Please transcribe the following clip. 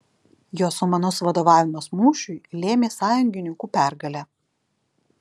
jo sumanus vadovavimas mūšiui lėmė sąjungininkų pergalę